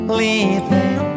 leaving